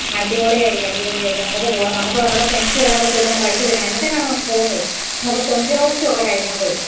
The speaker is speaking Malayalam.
അടിപൊളിയായിരിക്കും അടിപൊളിയായിരിക്കും നമുക്ക് പോകണം നമുക്ക് നമ്മുടെ ഫ്രെണ്ട്സുമെല്ലാം കൂടി കൂട്ടി നമുക്കടിച്ചു പൊളിക്കണം എന്നത്തേക്കാണ് നമുക്ക് പോകുന്നത് നമുക്ക് കൊഞ്ച് റോസ്റ്റുമൊക്കെ കഴിക്കണം പോയി